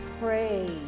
praise